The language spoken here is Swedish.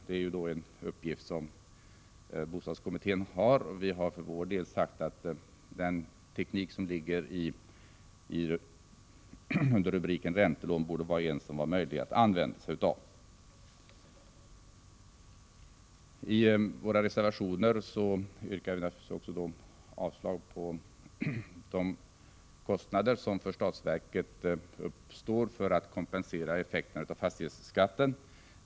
Det är en uppgift som bostadskommittén har, och vi har för vår del sagt att den teknik som ligger under rubriken räntelån borde vara en som är möjlig att använda sig av. I våra reservationer yrkar vi naturligtvis också avslag beträffande de kostnader som uppstår för statsverket för att kompensera effekterna av fastighetsskatten.